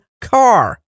car